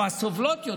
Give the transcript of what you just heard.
או הסובלות,